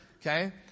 Okay